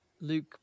Luke